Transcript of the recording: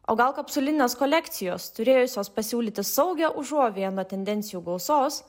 o gal kapsulinės kolekcijos turėjusios pasiūlyti saugią užuovėją nuo tendencijų gausos